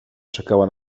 czekała